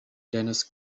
dennis